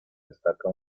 destaca